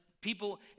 people